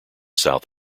south